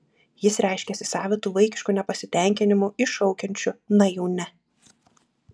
jis reiškiasi savitu vaikišku nepasitenkinimu iššaukiančiu na jau ne